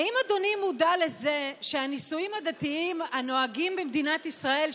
האם אדוני מודע לזה שהנישואים הדתיים הנוהגים במדינת ישראל,